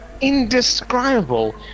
indescribable